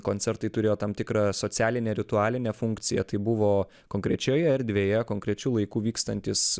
koncertai turėjo tam tikrą socialinę ritualinę funkciją tai buvo konkrečioje erdvėje konkrečiu laiku vykstantys